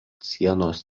sienos